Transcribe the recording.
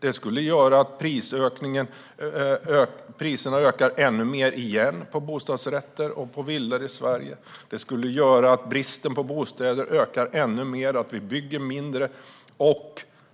Det skulle göra att priserna ökar ännu mer igen på bostadsrätter och på villor i Sverige. Det skulle göra att bristen på bostäder ökar ännu mer och att vi bygger mindre.